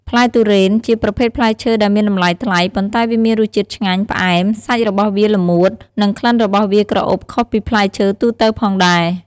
ផ្លែទុរេន ជាប្រភេទផ្លែឈើដែលមានតម្លៃថ្លៃ ប៉ុន្តែវាមានរសជាតិឆ្ងាញ់ ផ្អែម សាច់របស់វាល្មួត និងក្លិនរបស់វាក្រអូបខុសពីផ្លែឈើទូទៅផងដែរ។